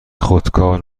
خودکار